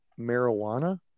marijuana